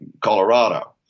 Colorado